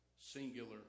singular